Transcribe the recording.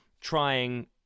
trying